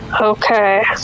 Okay